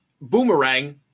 boomerang